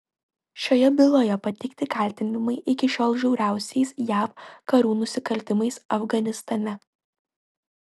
šioje byloje pateikti kaltinimai iki šiol žiauriausiais jav karių nusikaltimais afganistane